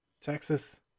Texas